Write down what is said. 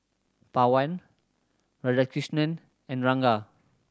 Pawan Radhakrishnan and Ranga